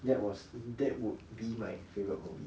that was that would be my favourite movie